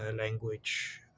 language